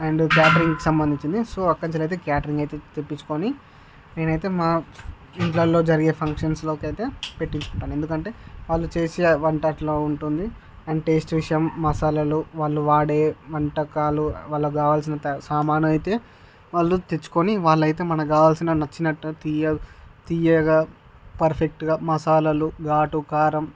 and క్యాటరింగ్కి సంబందించినది so అక్కడ నుంచి అయితే క్యాటరింగ్ అయితే తెపించుకొని నేనైతే మా ఇంళ్ళలో జరిగే ఫంక్షన్స్లోకైతే పెట్టించుకుంటాను ఎందుకంటే వాళ్ళు చేసే వంట అట్లా ఉంటుంది అండ్ టేస్ట్ విషయం మసాలాలు వాళ్ళు వాడే వంటకాలు వాళ్ళకు కావాల్సినంత సామాను అయితే వాళ్ళు తెచ్చుకొని వాళ్ళయితే మనకు కావాల్సిన నచ్చినట్టు తియ్య తియ్యగా పర్ఫెక్ట్గా మసాలాలు ఘాటు కారం